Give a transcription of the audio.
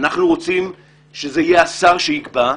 אנחנו רוצים שזה יהיה השר שיקבע,